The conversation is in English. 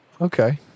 Okay